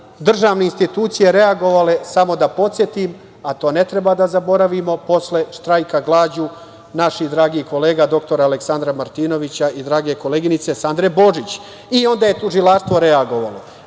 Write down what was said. državne institucije reagovale, samo da podsetim, a to ne treba da zaboravimo, posle štrajka glađu naših dragih kolega dr Aleksandra Martinovića i drage koleginice Sandre Božić. Onda je tužilaštvo reagovalo. Nadam